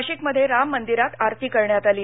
नाशिकमध्ये राम मंदिरात आरती करण्यात आली